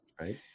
Right